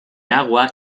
agua